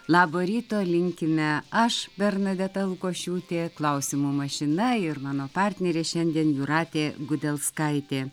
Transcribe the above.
labo ryto linkime aš bernadeta lukošiūtė klausimų mašina ir mano partnerė šiandien jūratė gudelskaitė